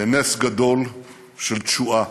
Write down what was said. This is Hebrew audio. לנס גדול של תשועה,